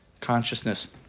consciousness